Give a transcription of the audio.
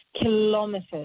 kilometers